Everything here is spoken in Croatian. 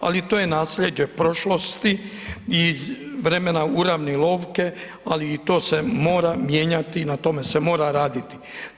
Ali to je nasljeđe prošlosti iz vremena uravnilovke ali i to se mora mijenjati, na tome se mora raditi.